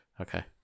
Okay